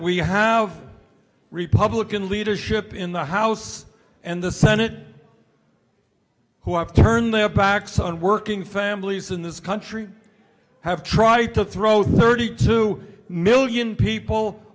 we have republican leadership in the house and the senate who have turned their backs on working families in this country have tried to throw thirty two million people